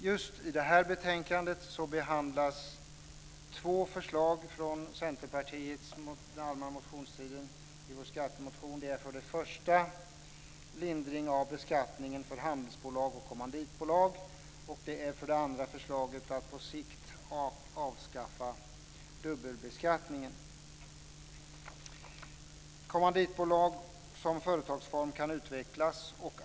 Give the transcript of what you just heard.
Just i det här betänkandet behandlas två förslag från Centerpartiets skattemotion från den allmänna motionstiden. Det är för det första en lindring av beskattningen för handelsbolag och kommanditbolag och för det andra förslaget om att på sikt avskaffa dubbelbeskattningen. Kommanditbolag kan utvecklas som företagsform.